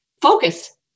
focus